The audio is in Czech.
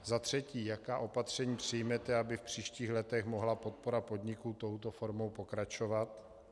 Za třetí: Jaká opatření přijmete, aby v příštích letech mohla podpora podniků touto formou pokračovat?